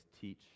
teach